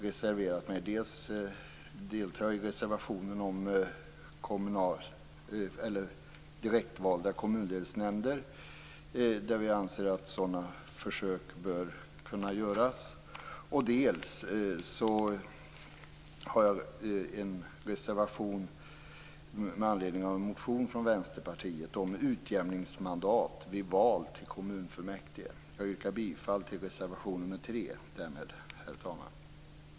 Dels deltar jag i reservationen om direktvalda kommundelsnämnder, där vi anser att sådana försök bör göras, dels har jag en reservation med anledning av en motion från Vänsterpartiet om utjämningsmandat vid val till kommunfullmäktige. Herr talman! Jag yrkar därmed bifall till reservation nr 3.